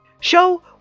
Show